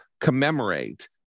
commemorate